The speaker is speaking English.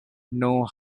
know